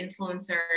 influencers